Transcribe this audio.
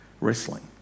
wrestling